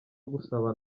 agusaba